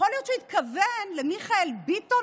יכול להיות שהוא מתכוון למיכאל ביטון,